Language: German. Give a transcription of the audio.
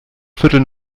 viertel